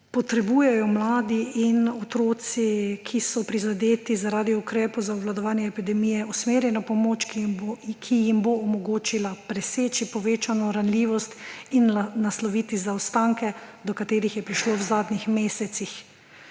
Potrebujejo mladi in otroci, ki so prizadeti zaradi ukrepov za obvladovanje epidemije, usmerjeno pomoč, ki jim bo omogočila preseči povečano ranljivost in nasloviti zaostanke, do katerih je prišlo v zadnjih mesecih,